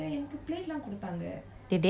did they they didn't give me